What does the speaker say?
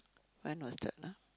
when was that ah